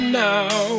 now